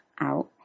out